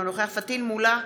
אינו נוכח פטין מולא,